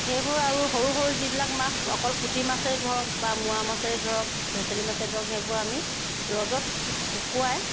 সেইবোৰ আৰু সৰু সৰু যিবিলাক মাছ অকল পুঠি মাছেই ধৰক বা মোৱা মাছেই ধৰক ভেচেলি মাছেই ধৰক সেইবোৰ আমি ৰ'দত শুকুৱাই